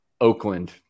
Oakland